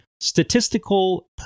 statistical